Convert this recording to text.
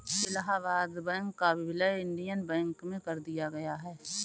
Allahabad bank का विलय Indian bank में कर दिया गया है